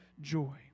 joy